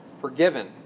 forgiven